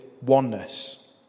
oneness